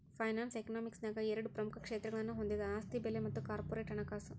finance economics ನ್ಯಾಗ ಎರಡ ಪ್ರಮುಖ ಕ್ಷೇತ್ರಗಳನ್ನ ಹೊಂದೆದ ಆಸ್ತಿ ಬೆಲೆ ಮತ್ತ ಕಾರ್ಪೊರೇಟ್ ಹಣಕಾಸು